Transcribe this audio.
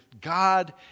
God